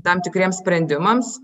tam tikriems sprendimams